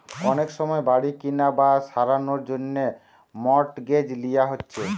অনেক সময় বাড়ি কিনা বা সারানার জন্যে মর্টগেজ লিয়া হচ্ছে